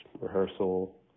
rehearsal